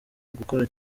ugukora